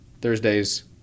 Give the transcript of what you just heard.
Thursdays